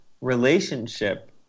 relationship